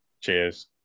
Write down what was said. Cheers